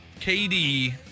kd